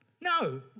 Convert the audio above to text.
No